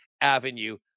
Avenue